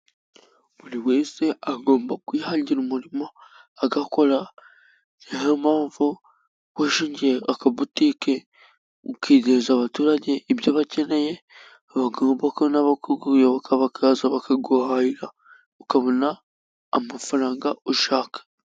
Buri wese agomba kwihangira umurimo agakora. Ni na yo mpamvu wishingiye akabotike, ukizeza abaturage ibyo bakeneye, bagomba na bo kukuyoboka bakaza bakaguhahira, ukabona amafaranga ushaka.